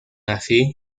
así